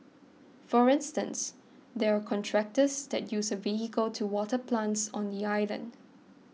for instance there are contractors that use a vehicle to water plants on the island